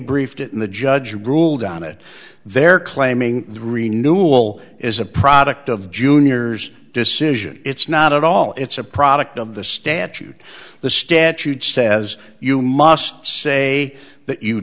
briefed it and the judge ruled on it they're claiming three new all is a product of junior's decision it's not at all it's a product of the statute the statute says you must say that you